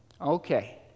okay